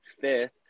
fifth